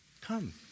Come